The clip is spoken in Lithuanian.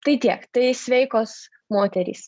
tai tiek tai sveikos moterys